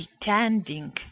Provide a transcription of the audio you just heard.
pretending